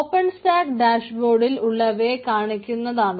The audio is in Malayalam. ഓപ്പൺ സ്റ്റാക്ക് ഡാഷ്ബോർഡിൽ ഉള്ളവയെ കാണിക്കുന്നതാണ്